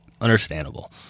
Understandable